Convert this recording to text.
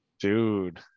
Dude